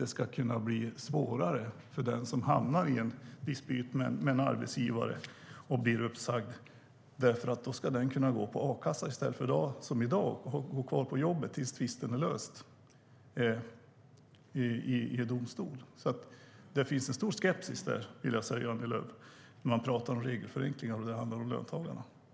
Det ska bli svårare för den som hamnar i en dispyt med en arbetsgivare och som blir uppsagd. Då ska den personen kunna gå på a-kassa i stället för att som i dag vara kvar på jobbet tills tvisten är löst i en domstol. Det finns en stor skepsis, vill jag säga, Annie Lööf, när man pratar om regelförenklingar och det handlar om löntagarna.